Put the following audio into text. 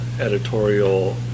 editorial